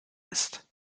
ist